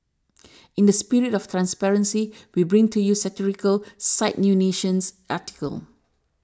in the spirit of transparency we bring to you satirical site New Nation's article